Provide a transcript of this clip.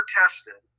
tested